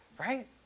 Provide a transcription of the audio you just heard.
right